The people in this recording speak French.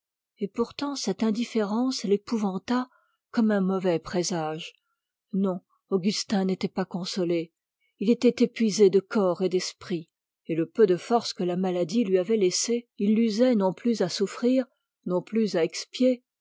et pourtant cette indifférence l'épouvanta comme un mauvais présage non augustin n'était pas consolé il était épuisé de corps et d'esprit et le peu de force que la maladie lui avait laissé il l'usait non plus à souffrir non plus à expier